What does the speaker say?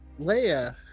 Leia